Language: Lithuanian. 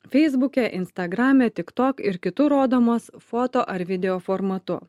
feisbuke instagrame tik tok ir kitur rodomos foto ar video formatu